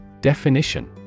Definition